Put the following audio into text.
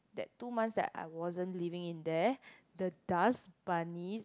that two months that I wasn't living in there the dust bunnies